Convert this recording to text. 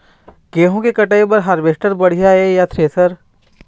गेहूं के कटाई बर हारवेस्टर बढ़िया ये या थ्रेसर?